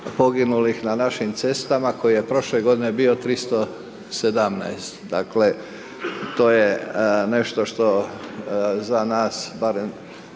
poginulih na našim cestama, koji je prošle godine bio 317. Dakle to je nešto što za nas, barem